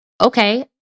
okay